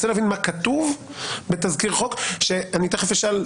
להבין מה כתוב בתזכיר חוק שאני תכף אשאל לגביו.